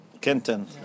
Kenton